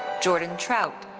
jordan trout.